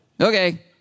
Okay